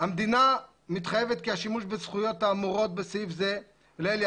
"המדינה מתחייבת כי השימוש בזכויות האמורות בסעיף הזה לעיל,